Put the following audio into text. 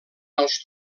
als